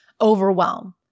overwhelm